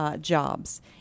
jobs